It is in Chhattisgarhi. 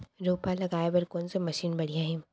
रोपा लगाए बर कोन से मशीन बढ़िया हे?